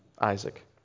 Isaac